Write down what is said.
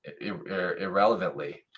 irrelevantly